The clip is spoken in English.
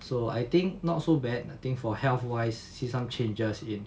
so I think not so bad I think for health wise see some changes in